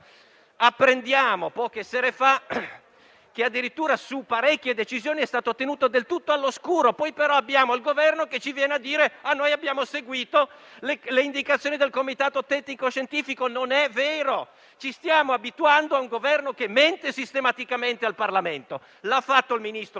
appreso poche sere fa addirittura che su parecchie decisioni è stato tenuto del tutto all'oscuro. Poi però il Governo ci viene a dire di aver seguito le indicazioni del comitato tecnico-scientifico: non è vero. Ci stiamo abituando a un Governo che mente sistematicamente al Parlamento. L'ha fatto il ministro Speranza,